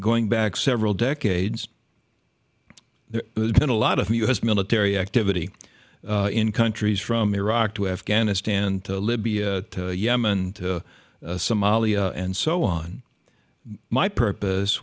going back several decades there has been a lot of u s military activity in countries from iraq to afghanistan to libya yemen somalia and so on my purpose